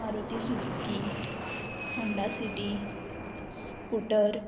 Maruti Suzuki Honda city scooter